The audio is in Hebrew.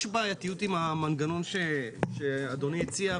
יש בעייתיות עם המנגנון שאדוני הציע.